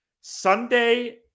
Sunday